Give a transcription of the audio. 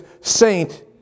saint